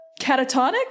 catatonic